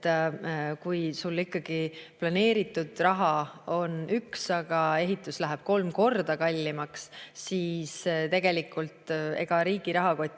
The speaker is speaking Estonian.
Kui sul ikkagi planeeritud raha on üks, aga ehitus läheb kolm korda kallimaks, siis ega riigi rahakott